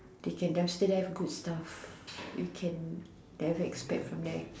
teach her dumpster dive good stuff you can direct steps from there